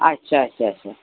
अच्छा अच्छा अच्छा